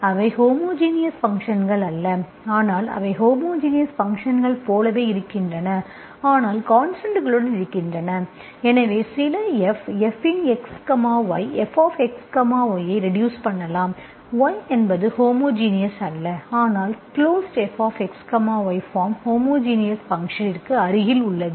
அவை ஹோமோஜினஸ் ஃபங்க்ஷன்கள் அல்ல ஆனால் அவை ஹோமோஜினஸ் ஃபங்க்ஷன் போலவே இருக்கின்றன ஆனால் கான்ஸ்டன்ட்களுடன் இருக்கின்றன எனவே சில F f இன் x y fxy ஐக் ரெடியூஸ் பண்ணலாம் y என்பது ஹோமோஜினஸ் அல்ல ஆனால் கிளோஸ்ட் fxy பார்ம் ஹோமோஜினஸ் ஃபங்க்ஷன்ற்கு அருகில் உள்ளது